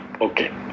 okay